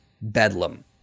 bedlam